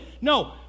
No